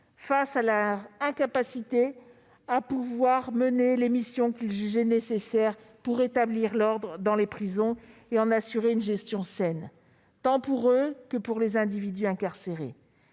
face à leur incapacité à mener les missions qu'ils jugeaient nécessaires pour rétablir l'ordre dans les prisons et en assurer une gestion saine, tant pour eux que pour les individus incarcérés.